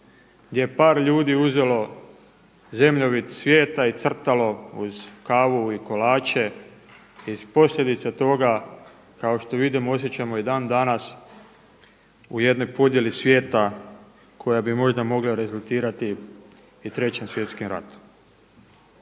gdje je par ljudi uzelo zemljovid svijeta i crtalo uz kavu i kolače. I posljedice toga kao što vidimo osjećamo i dan danas u jednoj podjeli svijeta koja bi možda mogla rezultirati i 3. svjetskim ratom.